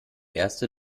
erste